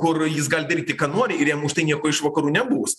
kur jis gali daryti ką nori ir jam už tai nieko iš vakarų nebus